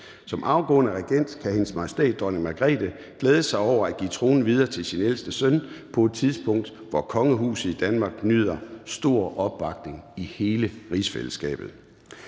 Som afgående regent kan Hendes Majestæt Dronning Margrethe glæde sig over at give tronen videre til sin ældste søn på et tidspunkt, hvor kongehuset i Danmark nyder stor opbakning i hele rigsfællesskabet.